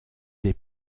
des